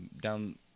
down